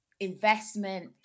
investment